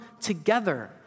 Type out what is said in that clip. together